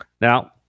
Now